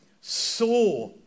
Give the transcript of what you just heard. saw